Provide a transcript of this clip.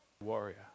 warrior